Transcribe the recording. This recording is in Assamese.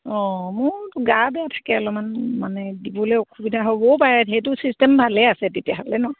অঁ মোৰতো গা বেয়া থাকে অলপমান মানে দিবলৈ অসুবিধা হ'বও বাৰে সেইটো চিষ্টেম ভালেই আছে তেতিয়াহ'লে নহ্